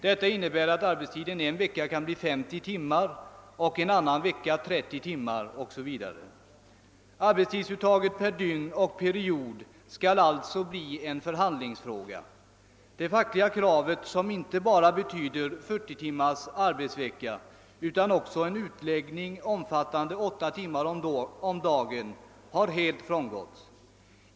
Detta innebär att arbetstiden en vecka kan bli 50 timmar, en annan 30 timmar 0. sS. Vv. Arbetstidsuttaget per dygn och period skall alltså bli en förhandlingsfråga. Det fackliga kravet som inte bara avser 40 timmars arbetsvecka utan också en utläggning omfattande 8 timmar om dagen har helt frångåtts.